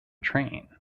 train